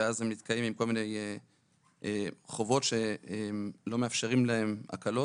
נתקעים אז עם כל מיני חובות שלא מאפשרים להם הקלות.